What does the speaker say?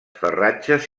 ferratges